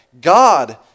God